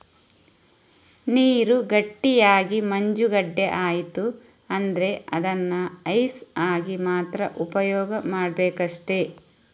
ನೀರು ಗಟ್ಟಿಯಾಗಿ ಮಂಜುಗಡ್ಡೆ ಆಯ್ತು ಅಂದ್ರೆ ಅದನ್ನ ಐಸ್ ಆಗಿ ಮಾತ್ರ ಉಪಯೋಗ ಮಾಡ್ಬೇಕಷ್ಟೆ